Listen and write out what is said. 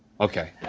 okay.